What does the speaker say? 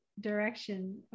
direction